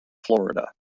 florida